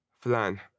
flan